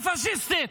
הפשיסטית,